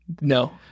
No